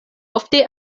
ofte